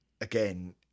again